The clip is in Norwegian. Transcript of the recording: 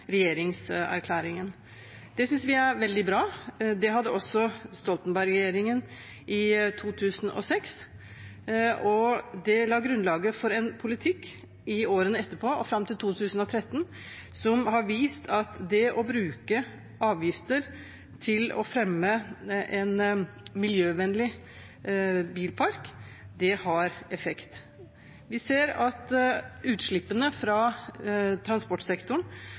regjeringserklæringen. Det synes vi er veldig bra. Det hadde også Stoltenberg-regjeringen i 2006, og det la grunnlaget for en politikk i årene etterpå og fram til 2013 som har vist at det å bruke avgifter til å fremme en miljøvennlig bilpark har effekt. Vi ser at utslippene fra transportsektoren